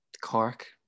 Cork